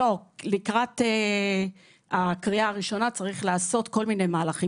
לקראת הקריאה הראשונה צריך לעשות כל מיני מהלכים,